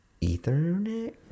Ethernet